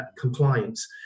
compliance